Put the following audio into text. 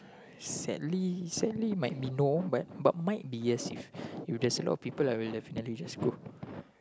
sadly sadly might be no but but might be yes if there is a lot people I might just go